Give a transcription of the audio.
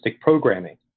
programming